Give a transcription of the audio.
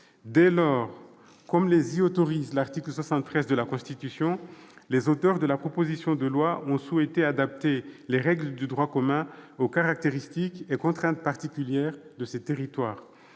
Dès lors, comme les y autorise l'article 73 de la Constitution, les auteurs de la proposition de loi ont souhaité adapter les règles du droit commun aux caractéristiques et contraintes particulières de ces territoires.